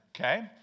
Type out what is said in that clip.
Okay